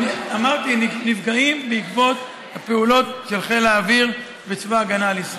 אמרתי שהם נפגעים בעקבות הפעולות של חיל האוויר וצבא ההגנה לישראל.